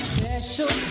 Special